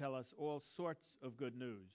tell us all sorts of good news